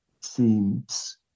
seems